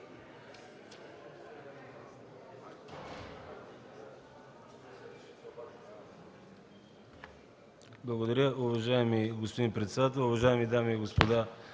Благодаря. Уважаеми господин председател, уважаеми дами и господа